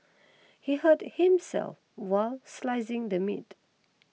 he hurt himself while slicing the meat